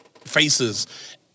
faces